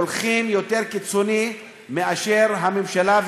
הולכים יותר קיצוני מאשר הממשלה,